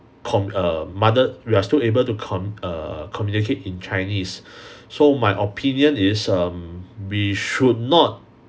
com~ err mother we are still able to com~ err communicate in chinese so my opinion is um we should not